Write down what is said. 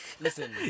Listen